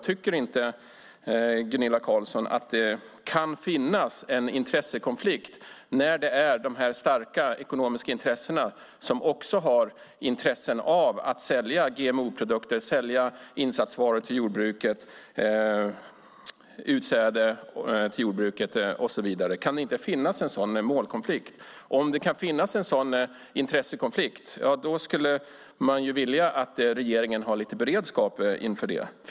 Tycker inte Gunilla Carlsson att det kan finnas en intressekonflikt när det är dessa starka ekonomiska intressen som också har intresse av att sälja GMO-produkter, insatsvaror och utsäde till jordbruket och så vidare? Kan det inte finnas en sådan målkonflikt? Om det kan finnas en sådan intressekonflikt skulle man vilja att regeringen har lite beredskap för det.